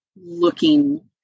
looking